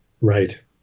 Right